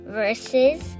verses